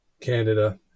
Canada